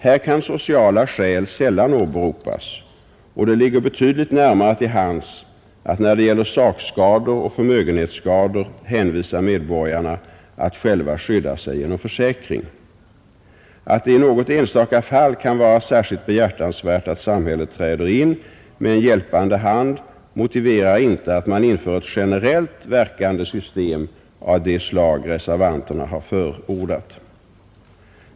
Här kan sociala skäl sällan åberopas, och det ligger betydligt närmare till hands att när det gäller sakskador och förmögenhetsskador hänvisa medborgarna till att själva skydda sig genom försäkring. Att det i något enstaka fall kan vara särskilt behjärtansvärt att samhället träder in med en hjälpande hand, motiverar inte att man inför ett generellt verkande system av det slag reservanterna har förordat.